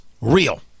real